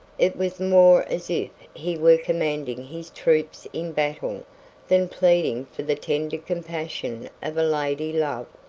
it was more as if he were commanding his troops in battle than pleading for the tender compassion of a lady love.